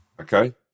Okay